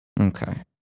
Okay